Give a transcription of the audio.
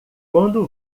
quando